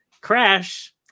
crash